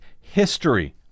History